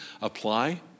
apply